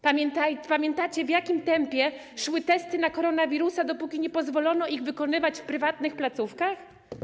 Pamiętacie, w jakim tempie szły testy na koronawirusa, dopóki nie pozwolono ich wykonywać w prywatnych placówkach?